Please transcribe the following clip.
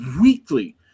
weekly